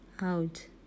out